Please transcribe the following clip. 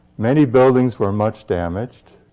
many buildings were much damaged.